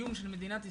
קיום של מדינת ישראל,